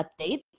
updates